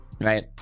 right